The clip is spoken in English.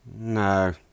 No